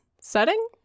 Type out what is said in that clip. setting